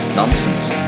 nonsense